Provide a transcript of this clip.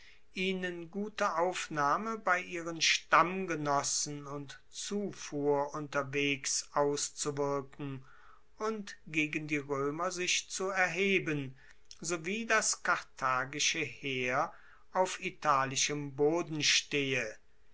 ihnen gute aufnahme bei ihren stammgenossen und zufuhr unterwegs auszuwirken und gegen die roemer sich zu erheben sowie das karthagische heer auf italischem boden stehe